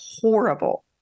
horrible